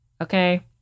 Okay